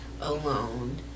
alone